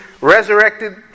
resurrected